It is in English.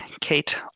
Kate